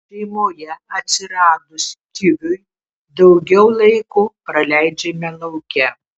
šeimoje atsiradus kiviui daugiau laiko praleidžiame lauke